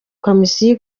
komisiyo